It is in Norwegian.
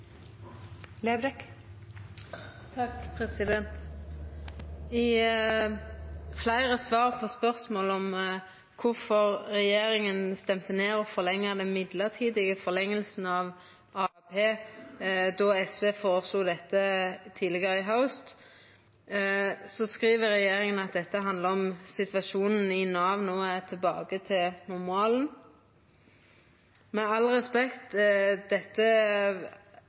I fleire svar på spørsmål om kvifor regjeringa stemte ned å forlenga den mellombelse forlenginga av AAP, då SV føreslo dette tidlegare i haust, så skriv regjeringa at dette handlar om at situasjonen i Nav no er tilbake til normalen. Med all respekt: Dette